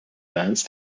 dance